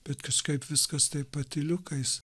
bet kažkaip viskas taip patyliukais